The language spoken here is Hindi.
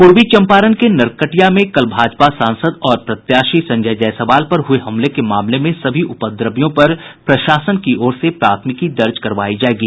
पूर्वी चंपारण के नरकटिया में कल भाजपा सांसद और प्रत्याशी संजय जायसवाल पर हुए हमले के मामले में सभी उपद्रवियों पर प्रशासन की ओर से प्राथमिकी दर्ज करवायी जायेगी